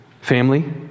family